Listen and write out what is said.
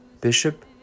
Bishop